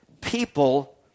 people